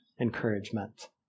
encouragement